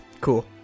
cool